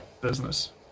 business